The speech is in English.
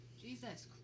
Jesus